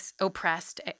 oppressed